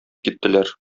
киттеләр